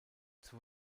zur